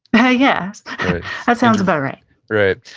yeah yeah guess. that sounds about right right.